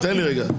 תן לי רגע.